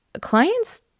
clients